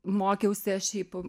mokiausi aš šiaip